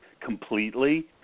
completely